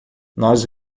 nós